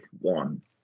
one